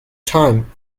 time